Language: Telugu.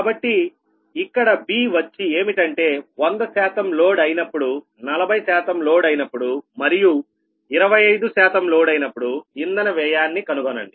కాబట్టి ఇక్కడ b వచ్చి ఏమిటి అంటే 100 శాతం లోడ్ అయినప్పుడు నలభై శాతం లోడ్ అయినప్పుడు మరియు 25 శాతం లోడ్ అయినప్పుడు ఇంధన వ్యయాన్ని కనుగొనండి